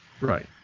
Right